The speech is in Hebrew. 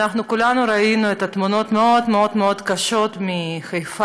אנחנו כולנו ראינו את התמונות המאוד-מאוד-מאוד קשות מחיפה,